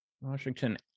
Washington